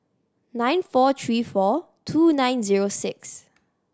nine four three four two nine zero six